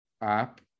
app